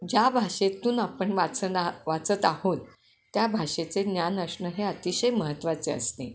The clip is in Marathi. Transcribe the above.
ज्या भाषेतून आपण वाचन वाचत आहोत त्या भाषेचे ज्ञान असणं हे अतिशय महत्त्वाचे असते